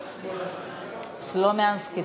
לא סמולנסקי,